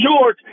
George